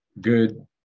good